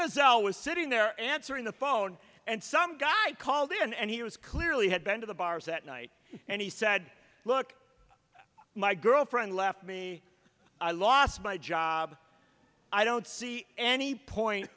result was sitting there answering the phone and some guy called in and he was clearly had been to the bars that night and he said look my girlfriend left me i lost my job i don't see any point